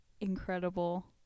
incredible